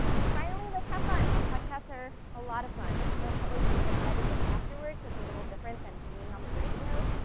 and finally, like have fun. podcasts are a lot of fun. they'll probably be some editing afterwards, it's a little different than being on the radio,